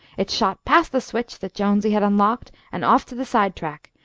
it shot past the switch that jonesy had unlocked and off to the side-track,